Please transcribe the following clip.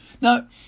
Now